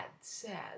sad